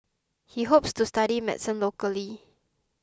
he hopes to study medicine locally